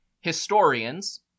Historians